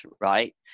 right